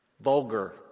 Vulgar